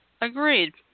Agreed